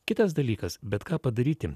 kitas dalykas bet ką padaryti